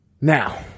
Now